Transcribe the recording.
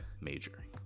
major